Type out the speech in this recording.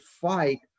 fight